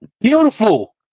Beautiful